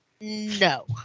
no